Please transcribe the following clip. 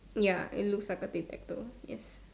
ya it looks like a tic tac toe yes